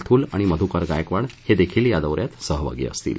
थूल आणि मधूकर गायकवाड हे देखील दौऱ्यात सहभागी असतील